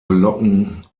glocken